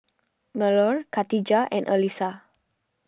Melur Khatijah and Alyssa